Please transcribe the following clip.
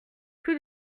plus